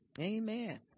Amen